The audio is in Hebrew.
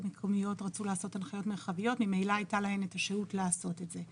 המקומיות רצו לעשות הנחיות מרחביות ממילא היתה להן את השהות לעשות את זה.